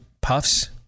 Puffs